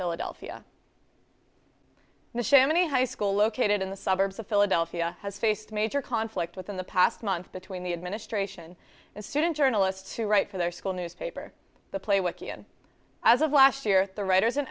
philadelphia the chamonix high school located in the suburbs of philadelphia has faced major conflict within the past month between the administration and student journalists who write for their school newspaper the play wiki and as of last year the writers and